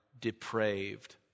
depraved